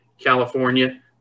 California